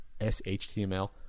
SHTML